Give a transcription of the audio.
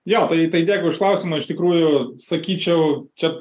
jo tai tai dėkui už klausimą iš tikrųjų sakyčiau čia